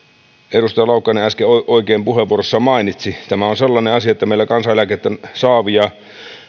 edustaja laukkanen äsken puheenvuorossaan mainitsi tämä on sellainen asia että meillä kansaneläkettä saavia